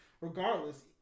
regardless